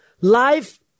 Life